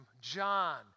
John